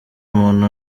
muntu